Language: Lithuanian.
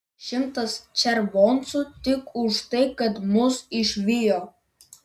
šimtas červoncų tik už tai kad mus išvijo